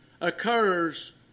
occurs